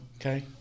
Okay